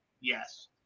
Yes